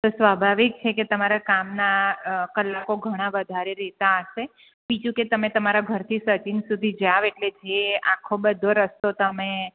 તો સ્વાભાવિક છે કે તમારા કામના કલાકો ઘણા વધારે રહેતા હશે બીજું કે તમે તમારા ઘરથી સચિન સુધી જાઓ એટલે જે આખો બધો રસ્તો તમે